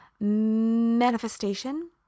manifestation